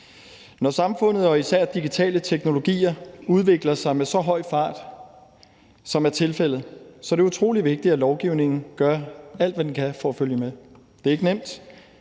Når samfundet og især digitale teknologier udvikler sig med så høj fart, som det er tilfældet, så er det utrolig vigtigt, at lovgivningen gør alt, hvad den kan for at følge med. Det er ikke nemt,